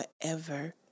forever